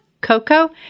Coco